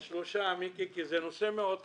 על שלושה נושאים כי זה נושא מאוד חשוב.